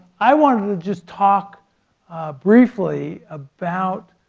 i wanted to just talk briefly about